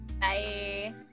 Bye